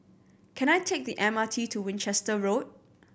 can I take the M R T to Winchester Road